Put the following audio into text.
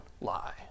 lie